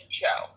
show